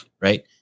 right